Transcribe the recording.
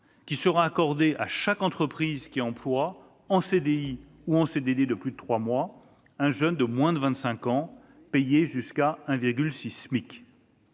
sera accordée à chaque entreprise qui emploie en CDI ou en CDD de plus de trois mois un jeune de moins de 25 ans payé jusqu'à 1,6 SMIC.